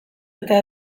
eta